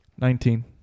Nineteen